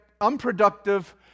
unproductive